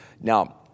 Now